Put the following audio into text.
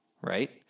right